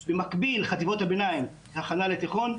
במקביל, חטיבות הביניים, הכנה לתיכון,